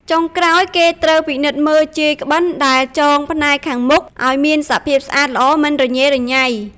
ចុងក្រោយគេត្រូវពិនិត្យមើលជាយក្បិនដែលចងផ្នែកខាងមុខឲ្យមានសភាពស្អាតល្អមិនរញ៉េរញ៉ៃ។